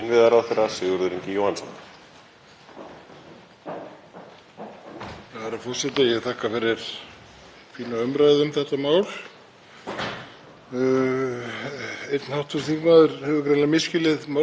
Einn hv. þingmaður hefur greinilega misskilið mál mitt og talaði um að reglur yrðu hertar enn frekar frá því sem nú er, var þá að vísa í þá umfjöllun sem varð hér um skoðunarhandbókina. Það er einmitt